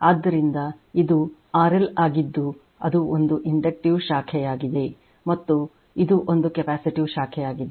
ಆದ್ದರಿಂದ ಇದು RL RL ಆಗಿದ್ದು ಅದು ಒಂದು ಇಂಡಕ್ಟಿವ್ ಶಾಖೆಯಾಗಿದೆ ಮತ್ತು ಇದು ಒಂದು ಕೆಪ್ಯಾಸಿಟಿವ್ ಶಾಖೆಯಾಗಿದೆ